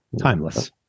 timeless